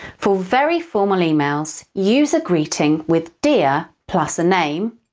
for very formal emails, use a greeting with dear plus a name,